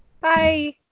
Bye